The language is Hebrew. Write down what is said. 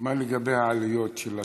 מה לגבי העלויות של התרופה?